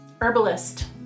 herbalist